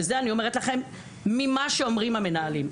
וזה אני אומרת לכם ממה שאומרים המנהלים,